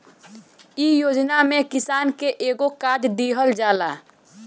इ योजना में किसान के एगो कार्ड दिहल जाला